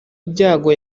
ibyago